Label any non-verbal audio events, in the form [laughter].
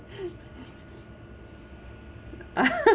[laughs]